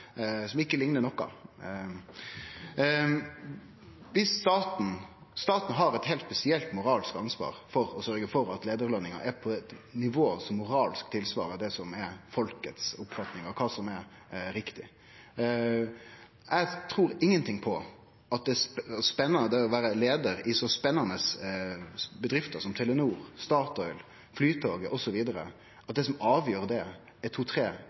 som ikkje liknar noko. Staten har eit heilt spesielt moralsk ansvar for å sørgje for at leiarløningar er på eit nivå som moralsk svarer til det som er folkets oppfatning av kva som er riktig. Det er så spennande å vere leiar i så spennande bedrifter som Telenor, Statoil, Flytoget osv. at eg trur ingenting på at det som avgjer, er 2-3 mill. kr meir eller mindre. Det er